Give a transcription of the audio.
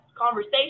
conversation